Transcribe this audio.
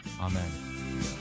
Amen